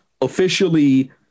officially